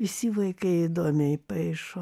visi vaikai įdomiai paišo